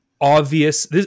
obvious